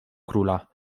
króla